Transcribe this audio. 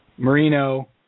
Marino